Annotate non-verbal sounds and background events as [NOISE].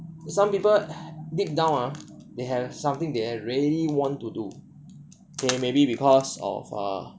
some people [BREATH] deep down ah they have something they really want to do okay maybe because of err